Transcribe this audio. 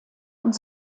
und